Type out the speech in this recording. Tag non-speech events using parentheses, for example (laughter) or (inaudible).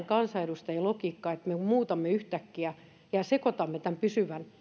(unintelligible) kansanedustajien logiikkaa että me yhtäkkiä muutamme ja sekoitamme tämän pysyvän